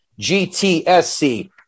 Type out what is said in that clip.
GTSC